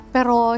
Pero